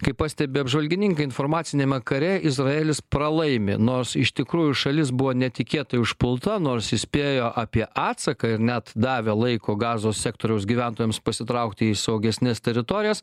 kaip pastebi apžvalgininkai informaciniame kare izraelis pralaimi nors iš tikrųjų šalis buvo netikėtai užpulta nors įspėjo apie atsaką ir net davė laiko gazos sektoriaus gyventojams pasitraukti į saugesnes teritorijas